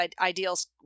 ideals